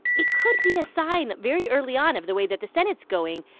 it could be a sign very early on of the way that the senate is going.